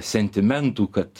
sentimentų kad